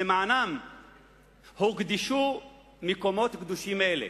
שלמענה הוקדשו מקומות קדושים אלה.